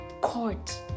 Court